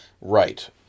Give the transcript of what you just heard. Right